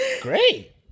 great